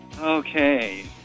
Okay